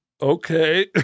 Okay